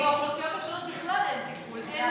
באוכלוסיות שונות בכלל אין טיפול, אין